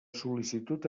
sol·licitud